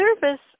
service